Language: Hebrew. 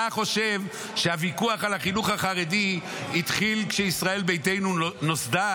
אתה חושב שהוויכוח על החינוך החרדי התחיל כשישראל ביתנו נוסדה?